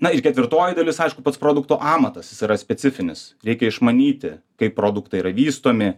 na ir ketvirtoji dalis aišku pats produkto amatas jis yra specifinis reikia išmanyti kaip produktai yra vystomi